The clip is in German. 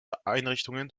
einrichtungen